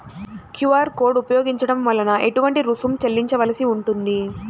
QR code ఉపయోగించటం వలన ఏటువంటి రుసుం చెల్లించవలసి ఉంటుంది?